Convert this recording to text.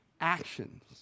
Actions